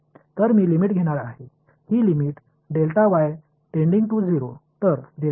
तर मी लिमिट घेणार आहे ही लिमिट टेंडिंग टू 0